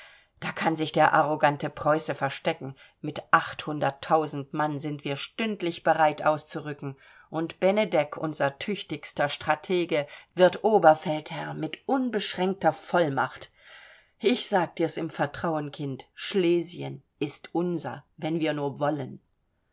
da kann sich der arrogante preuße verstecken mit achthunderttausend mann sind wir stündlich bereit auszurücken und benedek unser tüchtigster stratege wird oberfeldherr mit unbeschränkter vollmacht ich sag dir's im vertrauen kind schlesien ist unser wenn wir nur wollen